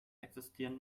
existieren